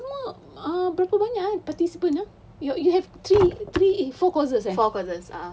eh tapi semua uh berapa banyak ah participants ah you you have three three eh four courses eh